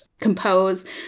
compose